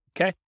Okay